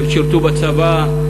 הם שירתו בצה"ל,